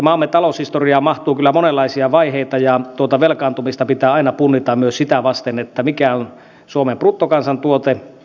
maamme taloushistoriaan mahtuu kyllä monenlaisia vaiheita ja tuota velkaantumista pitää aina punnita myös sitä vasten mikä on suomen bruttokansantuote